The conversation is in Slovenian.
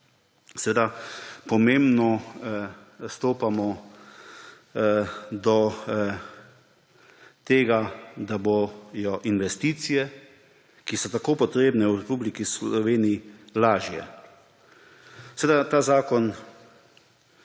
zakonom pomembno stopamo do tega, da bodo investicije, ki so tako potrebne v Republiki Sloveniji, lažje. Ta zakon